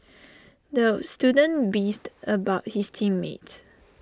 the student beefed about his team mates